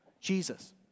Jesus